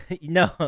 No